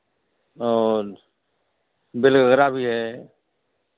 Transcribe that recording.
और बिल गगरा भी है